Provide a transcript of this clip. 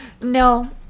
No